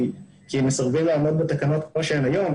כי הם מסרבים לעמוד בתקנות כמו שהן היום,